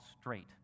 Straight